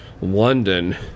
London